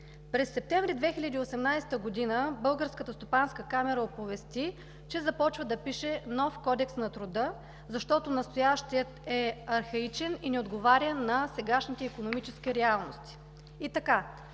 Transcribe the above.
месец септември 2018 г. Българската стопанска камара оповести, че започва да пише нов Кодекс на труда, защото настоящият е архаичен и не отговаря на сегашните икономически реалности.